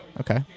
Okay